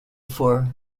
for